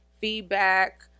feedback